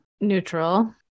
Neutral